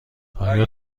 آیا